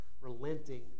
relenting